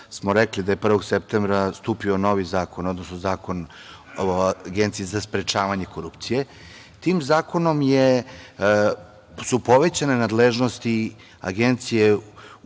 smo rekli da je 1. septembra stupio novi zakona, odnosno Zakon o Agenciji za sprečavanje korupcije i tim zakonom su povećane nadležnosti Agencije